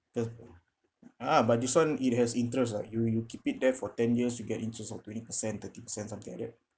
the ah but this one it has interest ah you you keep it there for ten years you get interest of twenty percent thirty percent something like that